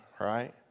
right